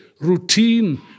routine